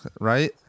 right